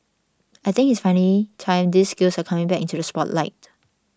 I think it's finally time these skills are coming back into the spotlight